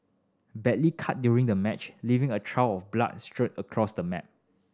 badly cut during the match leaving a trail of blood strewn across the mat